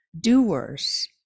doers